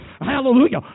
hallelujah